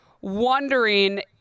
wondering